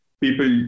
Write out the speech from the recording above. people